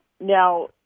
Now